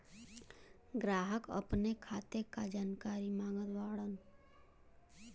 ग्राहक अपने खाते का जानकारी मागत बाणन?